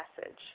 message